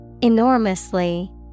Enormously